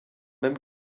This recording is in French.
même